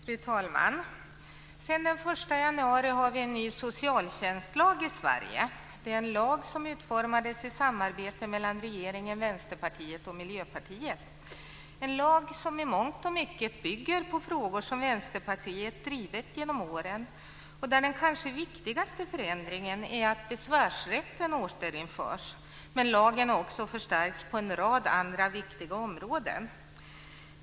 Fru talman! Sedan den 1 januari har vi en ny socialtjänstlag i Sverige. Det är en lag som utformades i samarbete mellan regeringen, Västerpartiet och Miljöpartiet. Det är en lag som i mångt och mycket bygger på frågor som Vänsterpartiet drivit genom åren. Den kanske viktigaste förändringen är att besvärsrätten återinförs. Men lagen har också förstärkts på en rad andra viktiga områden.